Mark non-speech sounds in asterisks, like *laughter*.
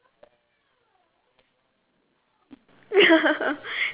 *laughs*